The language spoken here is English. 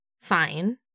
fine